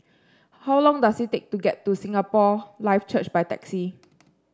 how long does it take to get to Singapore Life Church by taxi